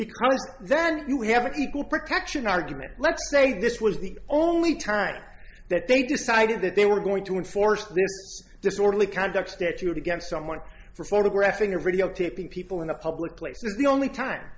because then you have an equal protection argument let's say this was the only time that they decided that they were going to enforce this disorderly conduct statute against someone for photographing or video taping people in a public place and the only time